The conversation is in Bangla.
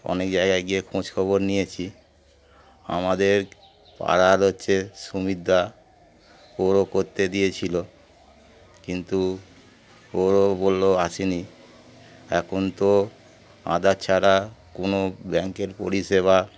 অনেক জায়গায় গিয়ে খোঁজখবর নিয়েছি আমাদের পাড়ার হচ্ছে সুমিত্রা ওরও করতে দিয়েছিলো কিন্তু ওরও বললো আসেনি এখন তো আদার ছাড়া কোনো ব্যাঙ্কের পরিষেবা